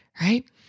Right